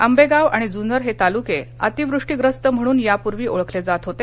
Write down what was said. आंबेगाव आणि जून्नर हे तालुके अतिवृष्टीय्रस्त म्हणून यापूर्वी ओळखले जात होते